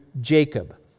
Jacob